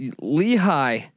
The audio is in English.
Lehigh